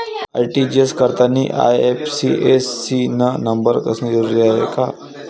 RTGS करतांनी IFSC न number असनं जरुरीच हाय का?